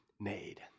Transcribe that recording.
made